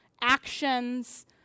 actions